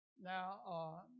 Now